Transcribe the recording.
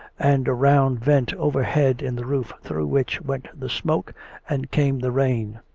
and a round vent over head in the roof through which went the smoke and came the rain.